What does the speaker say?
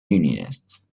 unionists